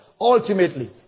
Ultimately